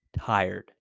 Tired